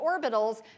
orbitals